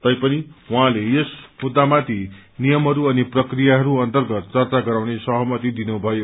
तैपनि उहाँले यस मुद्दामाथि नियमहरू अनि प्रक्रियाहरू अर्न्तगत चर्चा गराउने सहमति दिनुभयो